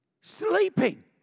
sleeping